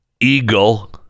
eagle